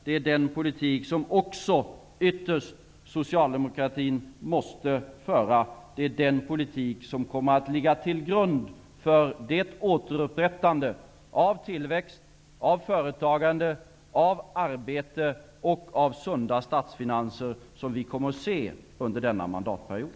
Det är den politik som också Socialdemokraterna måste föra. Det är den politik som kommer att ligga till grund för det återupprättande av tillväxt, företagande, arbetstillfällen och sunda statsfinanser som vi kommer att se under denna mandatperiod.